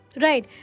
right